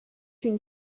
une